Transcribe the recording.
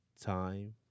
time